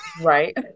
Right